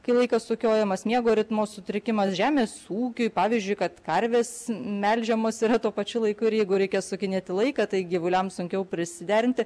kai laikas sukiojamas miego ritmo sutrikimas žemės ūkiui pavyzdžiui kad karvės melžiamos yra tuo pačiu laiku ir jeigu reikia sukinėti laiką tai gyvuliam sunkiau prisiderinti